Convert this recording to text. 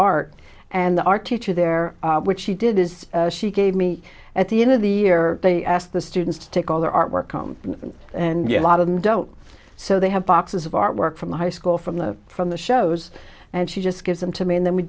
art and the art teacher there which she did is she gave me at the end of the year they asked the students to take all their artwork home and a lot of them don't so they have boxes of artwork from the high school from the from the shows and she just gives them to me and then we